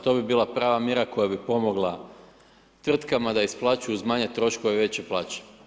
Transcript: To bi bila prava mjera koja bi pomogla tvrtkama da isplaćuju uz manje troškove, veće plaće.